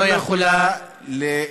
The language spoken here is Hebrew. לא יכולה לא יכולה,